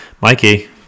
Mikey